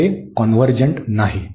तर हे कॉन्व्हर्जंट नाही